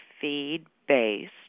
feed-based